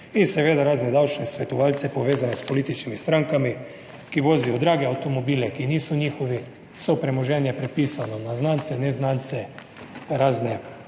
In seveda razne davčne svetovalce, povezane s političnimi strankami, ki vozijo drage avtomobile, ki niso njihovi, vse premoženje prepisano na znance, neznance, razne